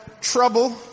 trouble